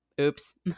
oops